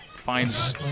Finds